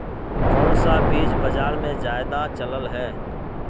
कोन सा बीज बाजार में ज्यादा चलल है?